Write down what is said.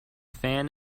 fan